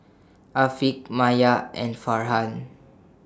Afiq Maya and Farhan